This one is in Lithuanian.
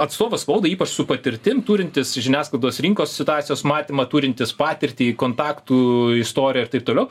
atstovas spaudai ypač su patirtim turintis žiniasklaidos rinkos situacijos matymą turintis patirtį kontaktų istoriją ir taip toliau